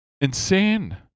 insane